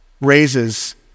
raises